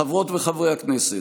חברות וחברי הכנסת,